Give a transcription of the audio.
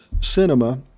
Cinema